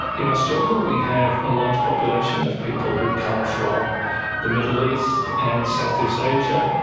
in australia we have a large population of people who come from the middle east and southeast asia,